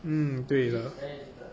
嗯对的